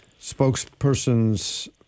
spokespersons